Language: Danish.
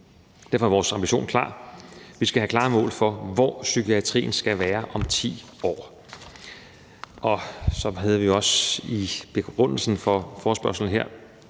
Derfor er vores ambition klar. Vi skal have klare mål for, hvor psykiatrien skal være om 10 år. Så havde vi også i begrundelsen for forespørgslen her